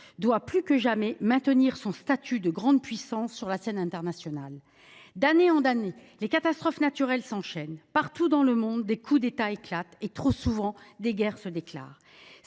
doit, plus que jamais, maintenir son statut de grande puissance sur la scène internationale. D’année en année, les catastrophes naturelles s’enchaînent ; partout dans le monde, des coups d’État éclatent ; trop souvent, des guerres se déclarent.